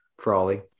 Frawley